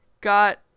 got